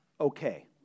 okay